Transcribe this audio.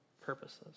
purposes